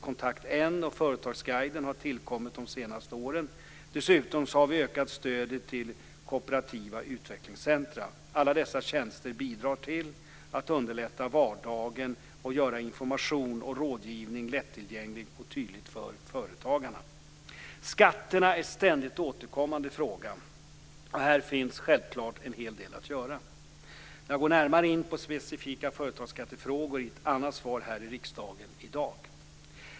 Kontakt-N och Företagarguiden har tillkommit de senaste åren. Dessutom har vi ökat stödet till kooperativa utvecklingscentrum. Alla dessa tjänster bidrar till att underlätta vardagen och göra information och rådgivning lättillgänglig och tydlig för företagarna. Skatterna är en ständigt återkommande fråga. Och här finns en del att göra. Jag går närmare in på specifika företagsskattefrågor i ett annat svar här i riksdagen i dag.